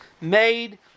made